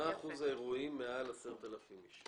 אני שואל מה שיעור האירועים עם מעל ל-10,000 איש.